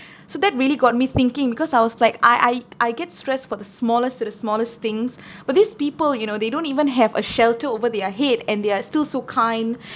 so that really got me thinking because I was like I I I get stressed for the smallest to the smallest things but these people you know they don't even have a shelter over their head and they are still so kind